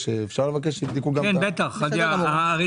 יש פה מוצר, כפי